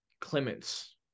Clements